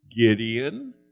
Gideon